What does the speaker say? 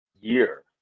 year